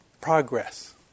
progress